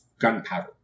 gunpowder